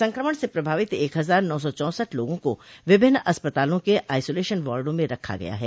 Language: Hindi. संक्रमण से प्रभावित एक हजार नौ सौ चौंसठ लोगों को विभिन्न अस्पतालों के आईसोलेशन वार्डो में रखा गया है